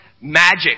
magic